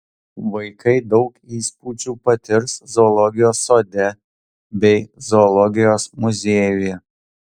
vaikai daug įspūdžių patirs zoologijos sode bei zoologijos muziejuje